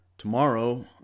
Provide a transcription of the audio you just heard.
Tomorrow